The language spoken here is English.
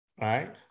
Right